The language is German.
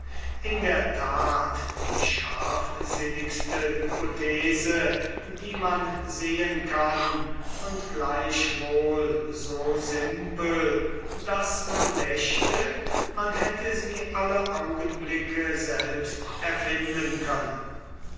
in der tat die scharfsinnigste hypothese die man sehen kann und gleichwohl so simpel daß man dächte man hätte sie alle augenblicke selbst erfinden können